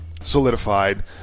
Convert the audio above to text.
solidified